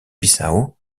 bissau